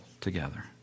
together